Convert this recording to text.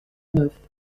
neuf